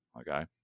Okay